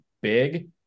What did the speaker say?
big